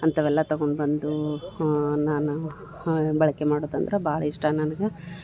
ಅಂಥವೆಲ್ಲ ತಗೊಂಡ್ಬಂದು ನಾನು ಬಳಕೆ ಮಾಡೋದಂದ್ರೆ ಭಾಳ ಇಷ್ಟ ನನ್ಗೆ